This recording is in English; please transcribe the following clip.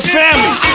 family